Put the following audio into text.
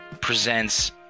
presents